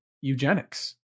eugenics